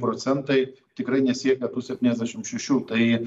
procentai tikrai nesiekia tų septyniasdešim šešių tai